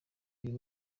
uyu